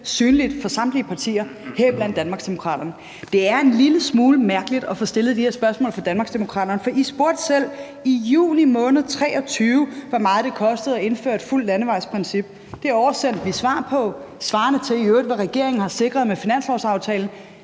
synligt for samtlige partier, heriblandt Danmarksdemokraterne. Det er en lille smule mærkeligt at få stillet de her spørgsmål fra Danmarksdemokraterne, for I spurgte selv i juli måned 2023, hvor meget det kostede at indføre et fuldt landevejsprincip. Det oversendte vi et svar på, og det svarer i øvrigt til, hvad regeringen har sikret med finanslovsaftalen.